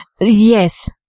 Yes